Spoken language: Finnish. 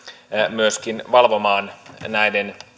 myöskin valvomaan näiden